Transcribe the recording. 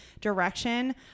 direction